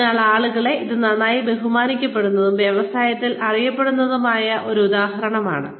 അതിനാൽ ആളുകളേ ഇത് നന്നായി ബഹുമാനിക്കപ്പെടുന്നതും വ്യവസായത്തിൽ അറിയപ്പെടുന്നതുമായ ഒരു ഉദാഹരണമാണ്